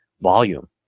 volume